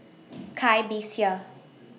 Cai Bixia